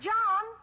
John